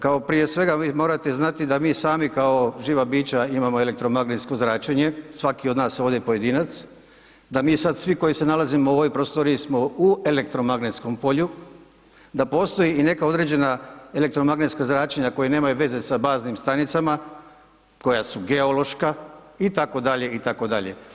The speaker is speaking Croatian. Kao prije svega vi morate znati da mi sami kao živa bića imamo elektromagnetsko zračenje, svaki od nas ovdje pojedinac, da mi sad svi koji se nalazimo u ovoj prostoriji smo u elektromagnetskom polju, da postoji i neka određena elektromagnetska zračenja koja nemaju veze sa baznim stanicama, koja su geološka itd., itd.